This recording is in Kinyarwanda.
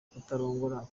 kurongorwa